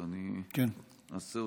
אז אני אעשה אותה.